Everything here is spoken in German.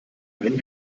einen